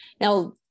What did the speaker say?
Now